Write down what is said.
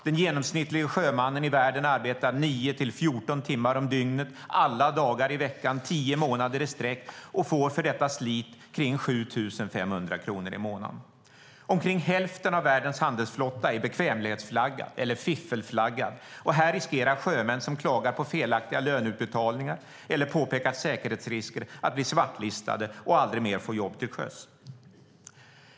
Den genomsnittlige sjömannen i världen arbetar 9-14 timmar om dygnet alla dagar i veckan tio månader i sträck och får för detta slit omkring 7 500 kronor i månaden. Omkring hälften av världens handelsflotta är bekvämlighetsflaggad, eller fiffelflaggad. Här riskerar sjömän som klagar på felaktiga löneutbetalningar eller påpekar säkerhetsrisker att bli svartlistade och aldrig mer få jobb till sjöss.